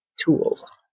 tools